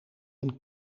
een